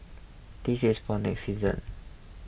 this is for next season